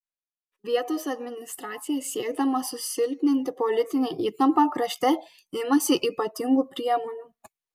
vietos administracija siekdama susilpninti politinę įtampą krašte imasi ypatingų priemonių